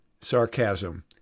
sarcasm